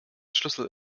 schlüssel